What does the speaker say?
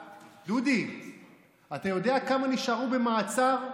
דודי, אתה יודע כמה נשארו במעצר?